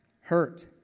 hurt